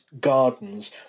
gardens